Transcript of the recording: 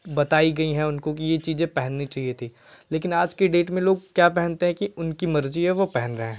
बताई गई है उनको की यह चीज़ें पहननी चाहिए थी लेकिन आज की डेट में लोग क्या पहनते हैं कि उनकी मर्ज़ी है वह पहन रहे है